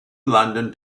london